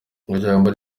ijambo